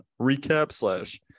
recap/slash